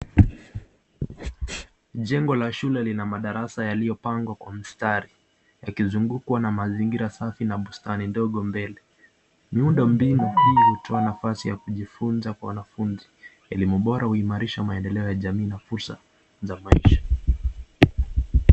Jengo la shule lina madarasa yaliyopangwa kwa mstari likizungukwa na mazingira safi na bustani ndogo mbele. Miundo mbinu hii hutoa nafasi ya kujifunza kwa wanafunzi . Elimu bora huimarisha maendeleo ya jamii na fursa za maisha.